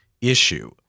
issue